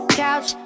couch